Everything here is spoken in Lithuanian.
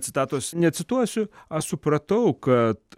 citatos necituosiu aš supratau kad